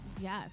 yes